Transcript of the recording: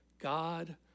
God